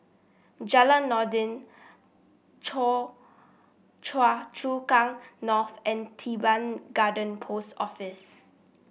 Jalan Noordin Choa Chu Kang North and Teban Garden Post Office